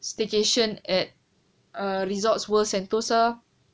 staycation at resorts world sentosa